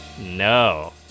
No